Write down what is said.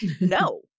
no